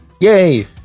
Yay